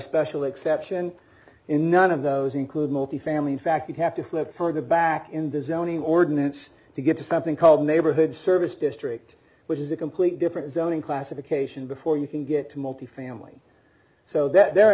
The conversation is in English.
special exception in none of those include multifamily in fact you'd have to flip further back in the zoning ordinance to get to something called neighborhood service district which is a completely different zoning classification before you can get to multifamily so that the